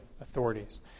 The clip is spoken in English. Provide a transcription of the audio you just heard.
authorities